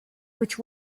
which